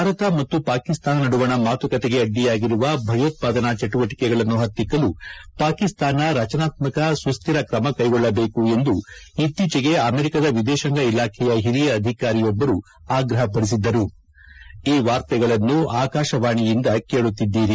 ಭಾರತ ಮತ್ತು ಪಾಕಿಸ್ತಾನ ನಡುವಣ ಮಾತುಕತೆಗೆ ಅಡ್ಡಿಯಾಗಿರುವ ಭಯೋತ್ಪಾದನಾ ಚಟುವಟಕೆಗಳನ್ನು ಪತ್ತಿಕ್ಕಲು ಪಾಕಿಸ್ತಾನ ರಚನಾತ್ಕಾಕ ಸುಸ್ವಿರ ಕ್ರಮ ಕೈಗೊಳ್ಳಬೇಕು ಎಂದು ಇತ್ತೀಚೆಗೆ ಅಮೆರಿಕಾದ ವಿದೇಶಾಂಗ ಇಲಾಖೆಯ ಹಿರಿಯ ಅಧಿಕಾರಿಯೊಬ್ಬರು ಆಗ್ರಹಿಸಿದ್ದರು